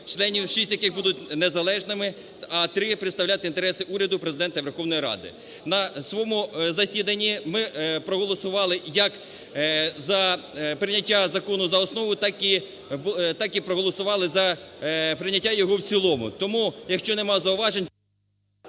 членів, шість з яких будуть незалежними, а три представляти інтереси уряду, Президента і Верховної Ради. На своєму засіданні ми проголосували як за прийняття закону за основу, так і проголосували за прийняття його в цілому. Тому, якщо нема зауважень...